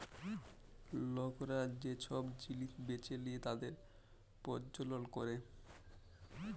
লকরা যে সব জিলিস বেঁচে লিয়ে তাদের প্রজ্বলল ক্যরে